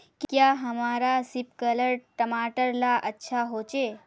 क्याँ हमार सिपकलर टमाटर ला अच्छा होछै?